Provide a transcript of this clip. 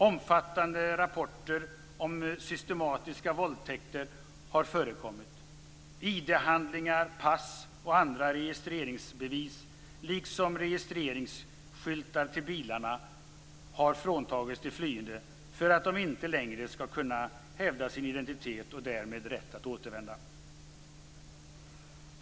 Omfattande rapporter om systematiska våldtäkter har förekommit. ID-handlingar, pass och andra registreringsbevis, liksom registreringsskyltar till bilarna, har fråntagits de flyende för att de inte längre skall kunna hävda sin identitet och därmed rätt att återvända.